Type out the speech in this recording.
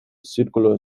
círculo